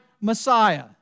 Messiah